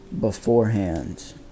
beforehand